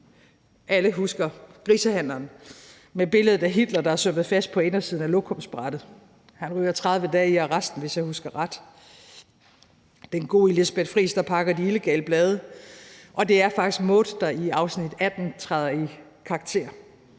Alle husker grisehandleren med billedet af Hitler, der er sømmet fast på indersiden af lokumsbrættet. Han ryger 30 dage i arresten, hvis jeg husker ret. Der er den gode Elisabeth Friis, der pakker de illegale blade, og det er faktisk Maude, der i afsnit 18 træder i karakter.